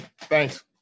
Thanks